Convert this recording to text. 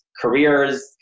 careers